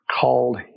called